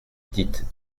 dites